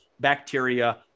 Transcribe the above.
bacteria